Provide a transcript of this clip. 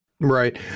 right